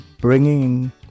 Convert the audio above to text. bringing